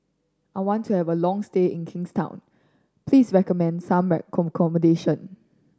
I want to have a long stay in Kingstown please recommend some accommodation